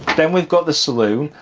then we've got the saloon,